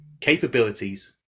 capabilities